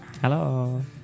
Hello